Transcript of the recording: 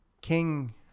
king